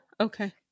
Okay